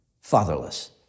fatherless